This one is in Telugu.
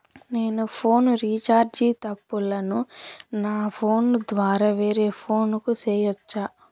నేను ఫోను రీచార్జి తప్పులను నా ఫోను ద్వారా వేరే ఫోను కు సేయొచ్చా?